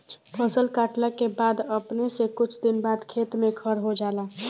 फसल काटला के बाद अपने से कुछ दिन बाद खेत में खर हो जाला